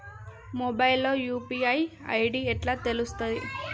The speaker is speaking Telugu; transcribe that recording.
మొబైల్ లో యూ.పీ.ఐ ఐ.డి ఎట్లా తెలుస్తది?